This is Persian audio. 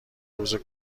روز